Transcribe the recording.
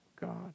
God